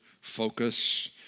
focus